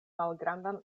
malgrandan